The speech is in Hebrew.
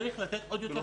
צריך לתת עוד יותר שעות.